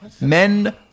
Men